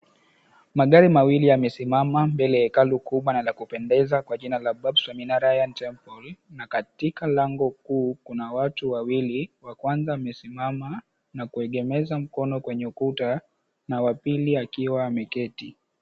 Magari mawili yamesimama mbele ya hekalu kubwa na la kupendeza kwa jina la Babshon Minarayan Temple, na katika lango kuu kuna watu wawili, wa kwanza amesimama na kuegemeza mkono kwenye ukuta, na wa pili akiwa ameketi.